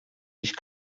ich